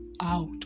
out